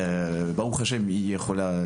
ברוך ה' היא יכולה,